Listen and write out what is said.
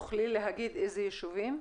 תוכלי להגיד איזה יישובים?